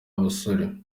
abasore